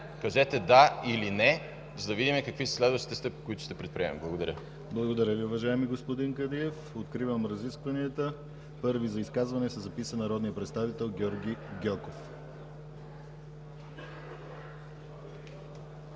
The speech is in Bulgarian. Кажете „да” или „не”, за да видим какви са следващите стъпки, които ще предприемем. Благодаря. ПРЕДСЕДАТЕЛ ДИМИТЪР ГЛАВЧЕВ: Благодаря Ви, уважаеми господин Кадиев. Откривам разискванията. Първи за изказване се записа народният представител Георги Гьоков.